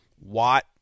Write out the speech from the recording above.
Watt